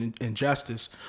injustice